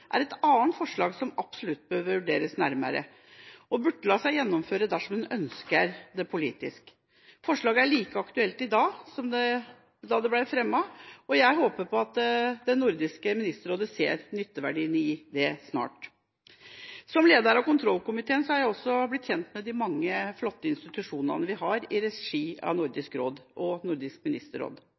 er et annet forslag som absolutt bør vurderes nærmere, og det burde la seg gjennomføre dersom man ønsker det politisk. Forslaget er like aktuelt i dag som da det ble fremmet, og jeg håper at Nordisk ministerråd ser nytteverdien i det snart. Som leder av kontrollkomiteen i Nordisk råd er jeg også blitt kjent med de mange flotte institusjonene vi har i regi av Nordisk råd og Nordisk ministerråd.